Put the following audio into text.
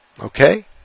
Okay